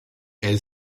elle